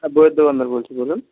হ্যাঁ বইয়ের দোকানদার বলছি বলুন